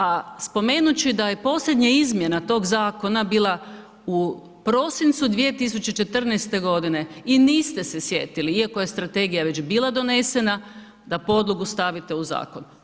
A spomenut ću da je posljednja izmjena tog zakona bila u prosincu 2014. godine i niste se sjetili iako je strategija već bila donesena da podlogu stavite u zakon.